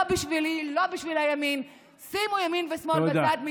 לא בשביל, לא בשביל הימין, שימו ימין ושמאל בצד.